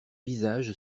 visage